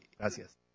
Gracias